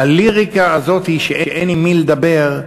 הליריקה הזאת שאין עם מי לדבר,